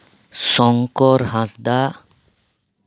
Shankar Hansda